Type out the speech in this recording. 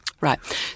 Right